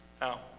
Now